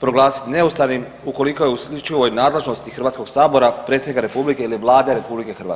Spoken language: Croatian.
proglasit neustavnim ukoliko je u isključivoj nadležnosti Hrvatskog sabora, predsjednika Republike ili Vlade RH.